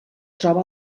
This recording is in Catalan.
troba